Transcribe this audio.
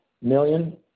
million